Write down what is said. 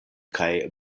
kaj